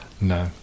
no